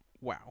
Wow